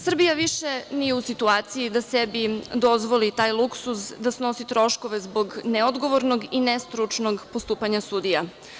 Srbija više nije u situaciji da sebi dozvoli taj luksuz, da snosi troškove zbog neodgovornog i nestručnog postupanja sudija.